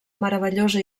meravellosa